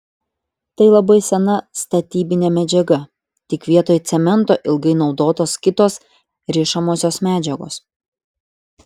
tai labai sena statybinė medžiaga tik vietoj cemento ilgai naudotos kitos rišamosios medžiagos